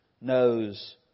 knows